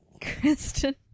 Kristen